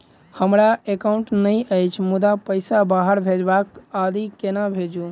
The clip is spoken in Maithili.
हमरा एकाउन्ट नहि अछि मुदा पैसा बाहर भेजबाक आदि केना भेजू?